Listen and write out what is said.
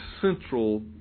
central